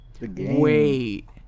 Wait